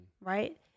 Right